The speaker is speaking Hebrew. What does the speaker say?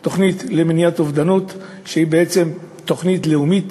בתוכנית למניעת אובדנות, שהיא בעצם תוכנית לאומית.